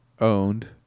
Owned